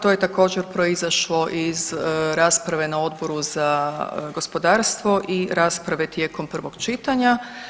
To je također proizašlo iz rasprave na Odboru za gospodarstvo i rasprave tijekom prvog čitanja.